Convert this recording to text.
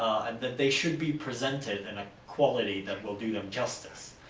and that they should be presented in a quality that will do them justice.